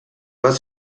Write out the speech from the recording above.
bat